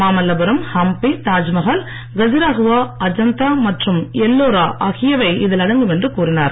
மாமல்லபுரம் ஹம்பி தாஜ்மஹால் கஜுராஹோ அஜந்தா மற்றும் எல்லோரா ஆகியவை இதில் அடங்கும் என்று கூறினார்